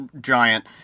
giant